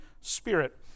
Spirit